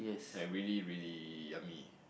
I really really yummy